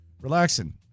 Relaxing